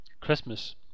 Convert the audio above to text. Christmas